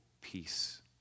peace